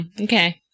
okay